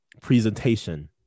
presentation